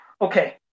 okay